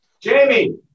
Jamie